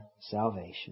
salvation